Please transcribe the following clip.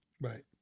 Right